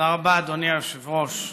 תודה רבה, אדוני היושב-ראש.